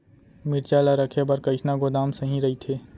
मिरचा ला रखे बर कईसना गोदाम सही रइथे?